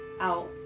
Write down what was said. out